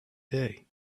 day